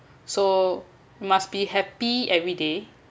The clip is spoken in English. so must be happy everyday